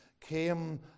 came